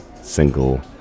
single